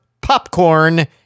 popcorn